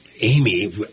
amy